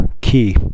key